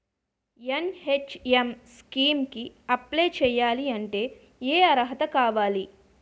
NHM scheme కి apply చేయాలి అంటే ఏ అర్హత కావాలి?